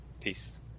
peace